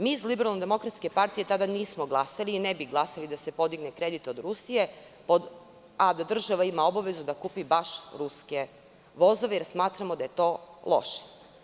Mi iz LDP tada nismo glasali i ne bi glasali da se podigne kredit od Rusije, a da država ima obavezu da kupi baš ruske vozove jer smatramo da je to loše.